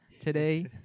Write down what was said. today